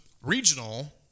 regional